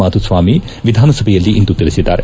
ಮಾಧುಸ್ವಾಮಿ ವಿಧಾನಸಭೆಯಲ್ಲಿಂದು ತಿಳಿಸಿದ್ದಾರೆ